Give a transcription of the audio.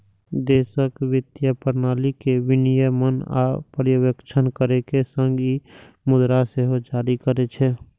देशक वित्तीय प्रणाली के विनियमन आ पर्यवेक्षण करै के संग ई मुद्रा सेहो जारी करै छै